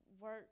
work